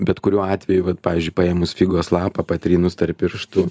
bet kuriuo atveju vat pavyzdžiui paėmus figos lapą patrynus tarp pirštų